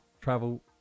travel